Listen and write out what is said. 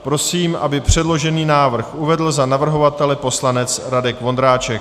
Prosím, aby předložený návrh uvedl za navrhovatele poslanec Radek Vondráček.